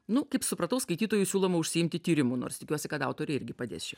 nu kaip supratau skaitytojui siūloma užsiimti tyrimu nors tikiuosi kad autorė irgi padės